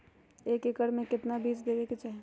एक एकड़ मे केतना बीज देवे के चाहि?